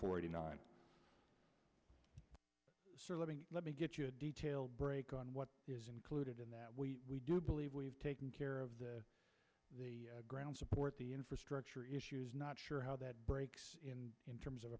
forty nine serving let me get you a detail break on what is included in that we do believe we've taken care of the ground support the infrastructure issues not sure how that breaks in in terms of